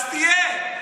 אז תהיה.